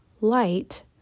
light